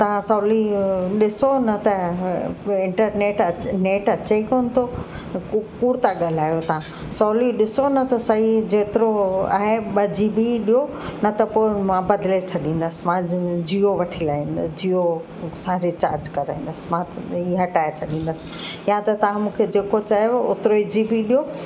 तव्हां सहुली ॾिसो न त पोइ इंटरनेट नेट अचे ई कोन थो कूड़ था ॻाल्हायो था सहुली ॾिसो न त सही जेतिरो आहे ॿ जी बी ॾियो न त पोइ मां बदिले छॾींदसि मां जिओ वठी लाहींदसि जिओ उन सां रिचार्ज कराईंदसि मां हे हटाए छॾींदसि या त तव्हां मूंखे जेको चयो ओतिरी जी बी ॾियो